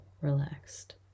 relaxed